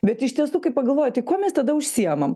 bet iš tiesų kai pagalvoji tai kuo mes tada užsiimam